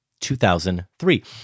2003